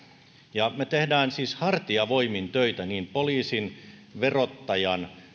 ja taikurinhattu me teemme hartiavoimin töitä niin poliisin verottajan